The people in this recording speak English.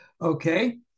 Okay